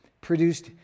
produced